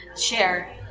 share